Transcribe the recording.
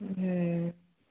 हूँ